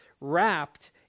wrapped